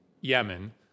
Yemen